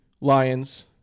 Lions